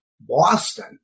Boston